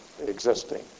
existing